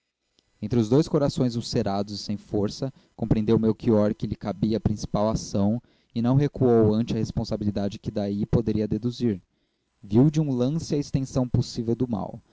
entre os dois corações ulcerados e sem força compreendeu melchior que lhe cabia a principal ação e não recuou ante a responsabilidade que daí poderia deduzir viu de um lance a extensão possível do mal